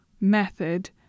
method